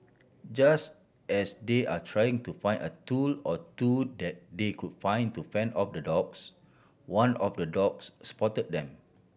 just as they are trying to find a tool or two that they could find to fend off the dogs one of the dogs spotted them